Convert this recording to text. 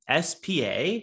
SPA